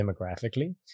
demographically